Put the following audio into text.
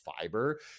fiber